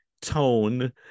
tone